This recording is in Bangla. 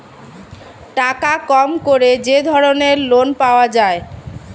টাকা কম করে যে ধরনের লোন পাওয়া যায়